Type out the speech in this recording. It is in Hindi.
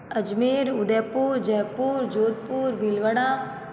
अजमेर उदयपुर जयपुर जोधपुर भीलवाड़ा